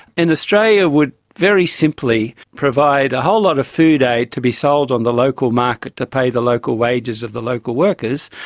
and australia would very simply provide a whole lot of food aid to be sold on the local market to pay the local wages of the local workers,